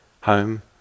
home